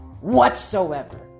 whatsoever